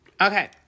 Okay